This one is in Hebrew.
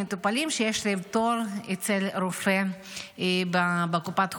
מטופלים שיש להם תור אצל רופא בקופת חולים.